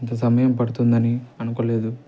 ఇంత సమయం పడుతుందని అనుకోలేదు